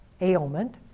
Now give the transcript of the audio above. ailment